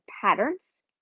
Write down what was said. patterns